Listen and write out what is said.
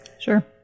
Sure